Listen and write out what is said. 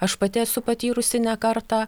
aš pati esu patyrusi ne kartą